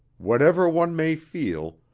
whatever one may feel,